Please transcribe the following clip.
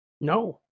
No